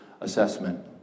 assessment